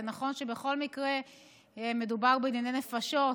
זה נכון שבכל מקרה מדובר בדיני נפשות,